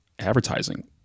advertising